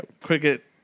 Cricket